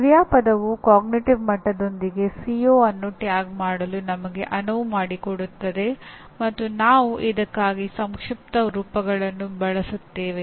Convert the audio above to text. ಆದ್ದರಿಂದ ಕ್ರಿಯಾಪದವು ಅರಿವಿನ ಮಟ್ಟದೊಂದಿಗೆ ಸಿಒ ಅನ್ನು ಟ್ಯಾಗ್ ಮಾಡಲು ನಮಗೆ ಅನುವು ಮಾಡಿಕೊಡುತ್ತದೆ ಮತ್ತು ನಾವು ಇದಕ್ಕಾಗಿ ಸಂಕ್ಷಿಪ್ತ ರೂಪಗಳನ್ನು ಬಳಸುತ್ತೇವೆ